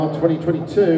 2022